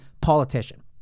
politician